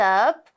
up